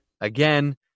Again